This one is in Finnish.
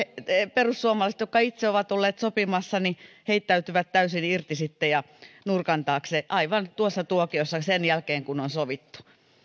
perussuomalaiset jotka itse ovat olleet sopimassa heittäytyvät täysin irti ja nurkan taakse aivan tuossa tuokiossa sen jälkeen kun on sovittu